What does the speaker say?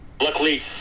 luckily